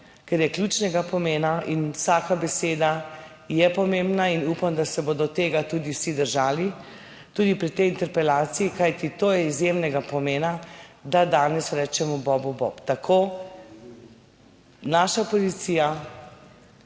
ker je ključnega pomena in vsaka beseda je pomembna in upam, da se bodo tega tudi vsi držali, tudi pri tej interpelaciji, kajti to je izjemnega pomena, da danes rečemo bobu bob, **108.